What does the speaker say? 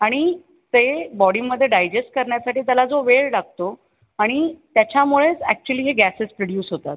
आणि ते बॉडीमध्ये डायजेस्ट करण्यासाठी त्याला जो वेळ लागतो आणि त्याच्यामुळेच अॅक्च्युअली हे गॅसेस प्रोड्यूस होतात